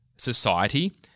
Society